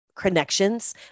connections